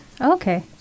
Okay